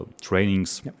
trainings